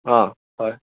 অঁ হয়